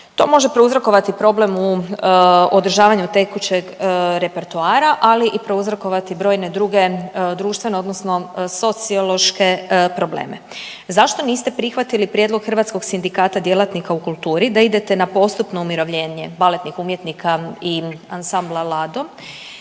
To može prouzrokovati problem u održavanju tekućeg repertoara, ali i prouzrokovati brojne druge društvene, odnosno sociološke probleme. Zašto niste prihvatili prijedlog Hrvatskog sindikata djelatnika u kulturi da idete na postupno umirovljenje baletnih umjetnika i Ansambla Lado